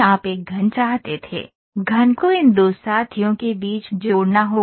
आप एक घन चाहते थे घन को इन दो साथियों के बीच जोड़ना होगा